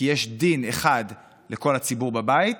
כי יש דין אחד לכל הציבור בבית